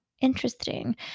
interesting